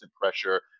pressure